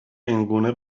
اینگونه